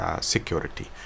security